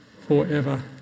forever